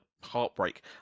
heartbreak